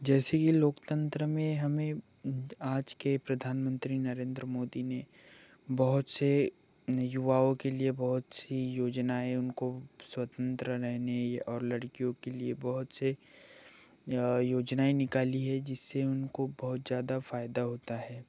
जैसे कि लोकतंत्र में हमें आजके प्रधानमंत्री नरेंद्र मोदी ने बहुत से युवाओं के लिये बहुत सी योजनाएं उनको स्वतंत्र रहने और लड़कियो के लिये बहुत से योजनाएं निकाली है जिससे उनको बहुत ज्यादा फाइदा होता है